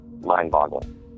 mind-boggling